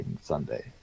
Sunday